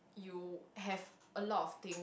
you have a lot of things